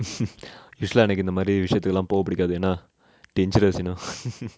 rislan கு இந்தமாரி விஷயத்துக்குலா போக புடிக்காது ஏனா:ku inthamari visayathukula poka pudikathu yena dangerous you know